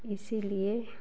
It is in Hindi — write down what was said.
इसीलिए